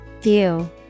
View